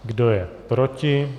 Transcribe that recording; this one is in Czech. Kdo je proti?